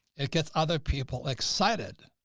it gets other people excited.